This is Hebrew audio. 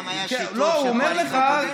פעם היה שיתוף של קואליציה ואופוזיציה.